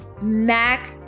mac